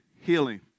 healing